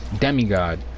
demigod